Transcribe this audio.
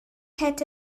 hätte